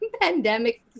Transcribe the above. pandemic